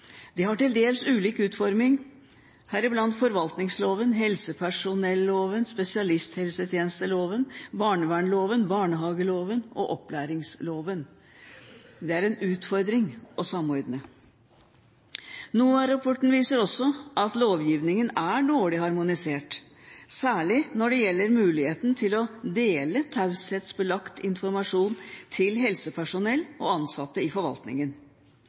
De har til dels ulik utforming, heriblant i forvaltningsloven, helsepersonelloven, spesialisthelsetjenesteloven, barnevernloven, barnehageloven og opplæringsloven. Det er en utfordring å samordne. NOVA-rapporten viser også at lovgivningen er dårlig harmonisert, særlig når det gjelder muligheten til å dele taushetsbelagt informasjon med helsepersonell og ansatte i forvaltningen.